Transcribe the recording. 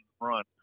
run